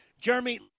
Jeremy